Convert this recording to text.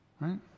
right